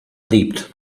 leapt